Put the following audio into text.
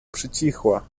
przycichła